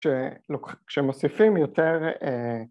‫כשמוסיפים יותר...